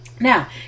Now